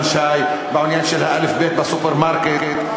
שי בעניין של האל"ף-בי"ת בסופרמרקט,